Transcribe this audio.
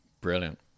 Brilliant